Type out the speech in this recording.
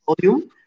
volume